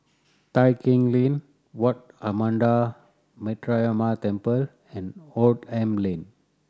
Tai Keng Lane Wat Ananda Metyarama Temple and Oldham Lane